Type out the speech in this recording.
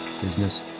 business